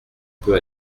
peu